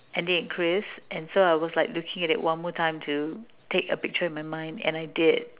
Andy and Chris and so I was like looking at it one more time to take a picture in my mind and I did